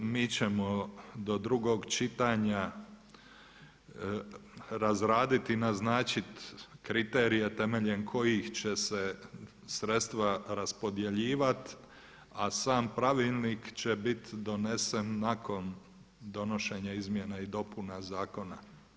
Mi ćemo do drugog čitanja razraditi i naznačiti kriterije temeljem kojih će se sredstva raspodjeljivati a sam pravilnik će biti donesen nakon donošenja izmjena i dopuna zakona.